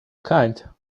kind